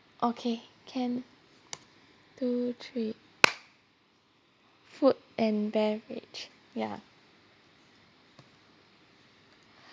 okay can two three food and beverage ya